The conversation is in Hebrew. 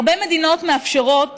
הרבה מדינות מאפשרות